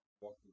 Walk